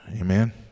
Amen